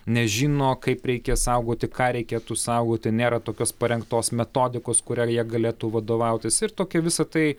nežino kaip reikia saugoti ką reikėtų saugoti nėra tokios parengtos metodikos kuria jie galėtų vadovautis ir tokia visa tai